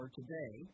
today